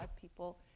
people